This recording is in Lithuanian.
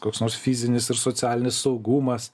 koks nors fizinis ir socialinis saugumas